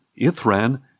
Ithran